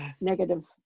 negative